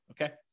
Okay